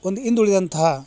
ಒಂದು ಹಿಂದುಳಿದಂತಹ